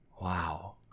Wow